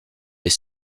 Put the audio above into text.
est